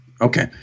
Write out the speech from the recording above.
Okay